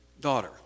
daughter